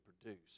produce